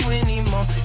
anymore